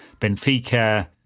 Benfica